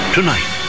Tonight